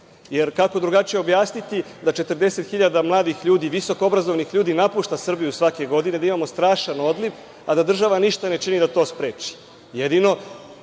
jer kako drugačije objasniti da 40.000 mladih ljudi, visokoobrazovanih ljudi napušta Srbiju svake godine, da imamo strašan odliv, a da država ništa ne čini da to spreči,